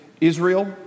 Israel